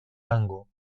tango